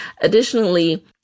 Additionally